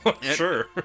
sure